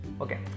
Okay